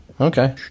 okay